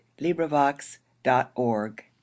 LibriVox.org